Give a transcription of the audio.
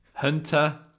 Hunter